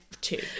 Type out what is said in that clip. two